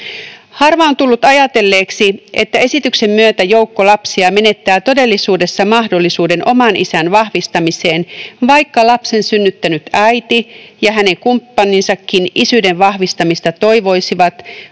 Harva on tullut ajatelleeksi, että esityksen myötä joukko lapsia menettää todellisuudessa mahdollisuuden oman isän vahvistamiseen, vaikka lapsen synnyttänyt äiti ja hänen kumppaninsakin isyyden vahvistamista toivoisivat,